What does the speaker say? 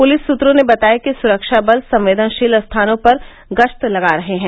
police सुत्रों ने बताया कि सुरक्षाबल संवेदनशील स्थानों पर गस्त लगा रहे हैं